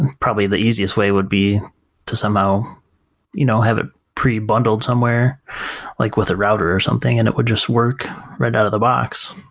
and probably the easiest way would be to somehow you know have it pretty bundled somewhere like with a router, or something and it would just work right out of the box.